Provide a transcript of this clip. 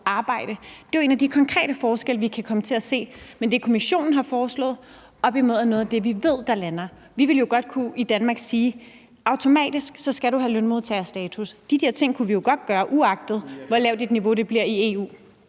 Det er jo en af de konkrete forskelle, vi kan komme til at se, på det, Kommissionen har foreslået, og så noget af det, vi ved der lander. Vi ville jo i Danmark godt kunne sige, at man automatisk skal have lønmodtagerstatus. Det kunne vi jo godt gøre, uagtet hvor lavt et niveau det bliver i EU.